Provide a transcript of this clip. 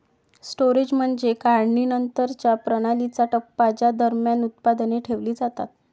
storage म्हणजे काढणीनंतरच्या प्रणालीचा टप्पा ज्या दरम्यान उत्पादने ठेवली जातात